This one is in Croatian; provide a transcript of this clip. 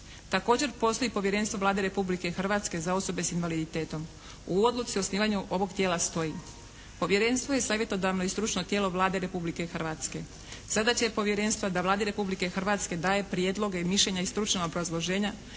Također postoji povjerenstvo Vlade Republike Hrvatske za osobe s invaliditetom. U odluci o osnivanju ovog tijela stoji Povjerenstvo je savjetodavno i stručno tijelo Vlade Republike Hrvatske, zadaća je povjerenstva da Vladi Republike Hrvatske daje prijedloge, mišljenja i stručna obrazloženja